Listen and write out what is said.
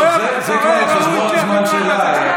זה על חשבון הזמן שלה,